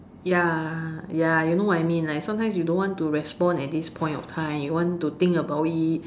ya ya you know what I mean right sometimes you don't want to respond at this point of time you want to think about it